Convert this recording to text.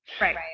right